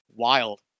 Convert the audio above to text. wild